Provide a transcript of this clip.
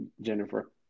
Jennifer